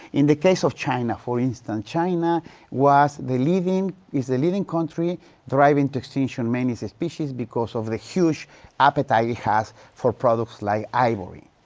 in the case of china, for instance, china was the leading. is the leading country driving to extinction many of species, because of the huge appetite it has for products like ivory.